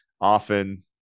often